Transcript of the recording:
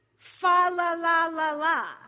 Fa-la-la-la-la